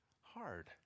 hard